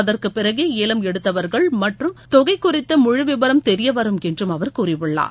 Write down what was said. அதற்கு பிறகே ஏலம் எடுத்தவர்கள் மற்றும் தொகை குறித்த முழு விவரம் தெரியவரும் என்றும் அவர் கூறியுள்ளார்